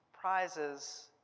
prizes